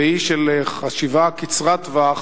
של חשיבה קצרת טווח,